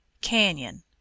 Canyon